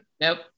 nope